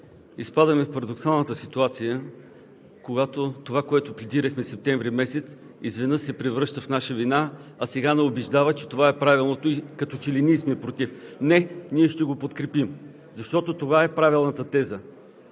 Изпадаме в парадоксалната ситуация, когато това, което пледирахме през месец септември, изведнъж се превръща в наша вина, а сега ни убеждават, че това е правилното и като че ли ние сме против. Не, ние ще го подкрепим, защото това е правилната теза